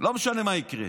לא משנה מה יקרה,